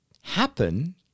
happen